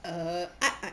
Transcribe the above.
err a'ah